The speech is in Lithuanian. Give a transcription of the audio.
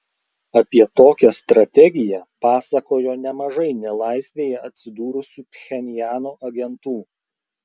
apie tokią strategiją pasakojo nemažai nelaisvėje atsidūrusių pchenjano agentų